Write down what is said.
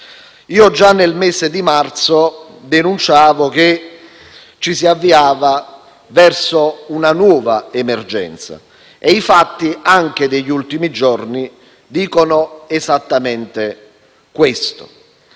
Già nel mese di marzo denunciavo che ci si avviava verso una nuova emergenza e i fatti, anche quelli degli ultimi giorni, dicono esattamente questo.